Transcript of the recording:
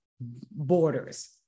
borders